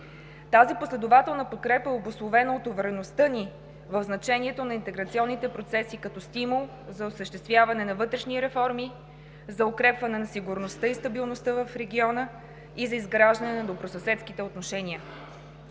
Тази последователна подкрепа е обусловена от увереността ни в значението на интеграционните процеси като стимул за осъществяване на вътрешни реформи, за укрепване на сигурността и стабилността в региона и за изграждане на добросъседските отношения.